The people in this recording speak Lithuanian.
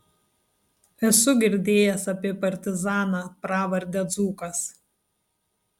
esu girdėjęs apie partizaną pravarde dzūkas